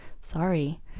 Sorry